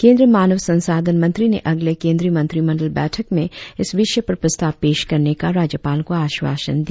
केंद्रीय मानव संसाधन मंत्री ने अगले केंद्रीय मंत्रिमंडल बैठक में इस विषय पर प्रस्ताव पेश करने का राज्यपाल को आश्वासन दिया